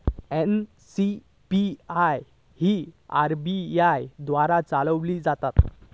NCPI ही RBI द्वारा चालवली जाता